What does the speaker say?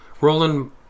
Roland